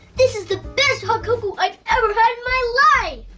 this is the best hot cocoa i've ever had in my life!